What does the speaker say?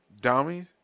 Dummies